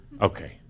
Okay